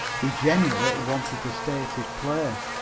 he generally wanted to stay at his play,